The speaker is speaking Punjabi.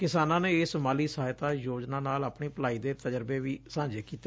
ਕਿਸਾਨਾਂ ਨੇ ਇਸ ਮਾਲੀ ਸਹਾਇਤਾ ਯੋਜਨਾ ਨਾਲ ਆਪਣੀ ਭਲਾਈ ਦੇ ਤਜ਼ਰਬੇ ਵੀ ਸਾਂਝਾ ਕੀਤੇ